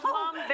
mom,